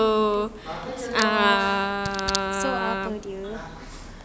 so apa lagi